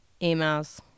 emails